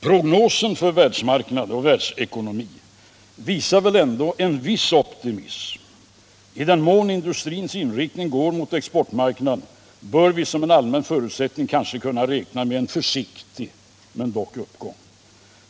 Prognosen för världsmarknaden och världsekonomin visar ändå en viss optimism. I den mån industrins inriktning går mot exportmarknaden bör vi som en allmän förutsättning kanske kunna räkna med en försiktig men dock uppgång.